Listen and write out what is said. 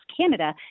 Canada